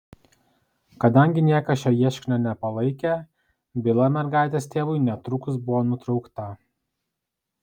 kadangi niekas šio ieškinio nepalaikė byla mergaitės tėvui netrukus buvo nutraukta